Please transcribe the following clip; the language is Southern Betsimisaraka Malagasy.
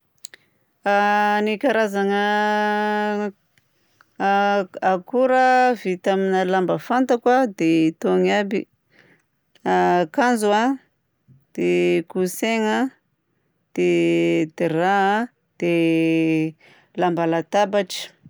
A ny karazagna akora vita amina lamba fantako a dia itony aby: akanjo a, dia coussin a, dia drap a, dia lamba latabatra.